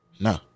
No